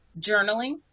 journaling